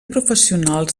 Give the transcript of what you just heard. professionals